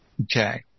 Okay